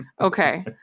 okay